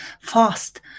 fast